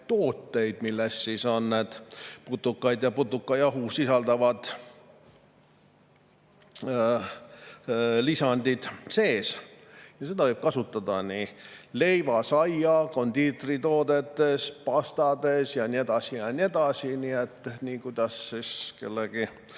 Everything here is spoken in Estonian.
tooteid, milles on putukaid ja putukajahu sisaldavad lisandid sees. Neid võib kasutada leiva-, saia-, kondiitritoodetes, pastades ja nii edasi